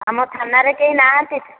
ଆମ ଥାନାରେ କେହି ନାହାନ୍ତି